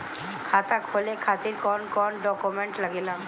खाता खोले के खातिर कौन कौन डॉक्यूमेंट लागेला?